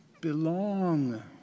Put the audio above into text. belong